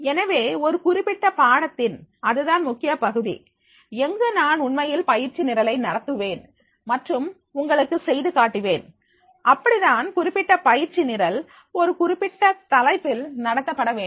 எனவே ஒரு குறிப்பிட்ட பாடத்தின் அதுதான் முக்கிய பகுதி எங்கு நான் உண்மையில் பயிற்சி நிரலை நடத்துவேன் மற்றும் உங்களுக்கு செய்து காட்டுவேன் அப்படிதான் குறிப்பிட்ட பயிற்சி நிரல் ஒரு குறிப்பிட்ட தலைப்பில் நடத்தப்பட வேண்டும்